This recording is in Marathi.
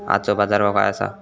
आजचो बाजार भाव काय आसा?